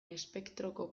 espektroko